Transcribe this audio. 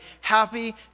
happy